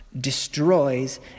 destroys